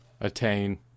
attain